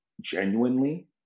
genuinely